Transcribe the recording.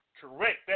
correct